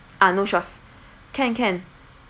ah no straws can can